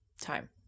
Time